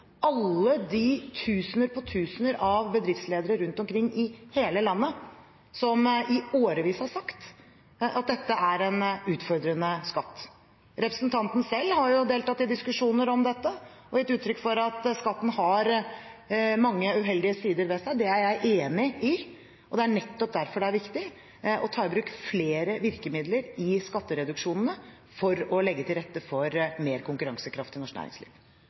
alle de tusener på tusener av bedriftsledere rundt omkring i hele landet som i årevis har sagt at dette er en utfordrende skatt. Representanten selv har jo deltatt i diskusjoner om dette og gitt uttrykk for at skatten har mange uheldige sider ved seg – det er jeg enig i – og det er nettopp derfor det er viktig å ta i bruk flere virkemidler i skattereduksjonene for å legge til rette for mer konkurransekraft i norsk næringsliv.